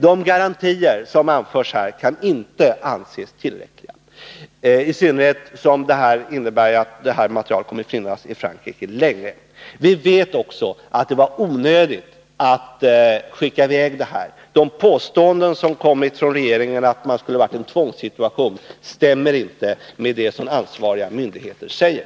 De garantier som anförs här kan inte anses tillräckliga — i synnerhet inte som avtalen innebär att detta material kommer att finnas i Frankrike länge. Vi vet också att det var onödigt att skicka i väg det svenska kärnkraftsavfallet. De påståenden som kommit från regeringen om att den skulle ha varit i en tvångssituation överensstämmer inte med det som ansvariga myndigheter säger.